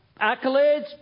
accolades